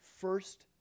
first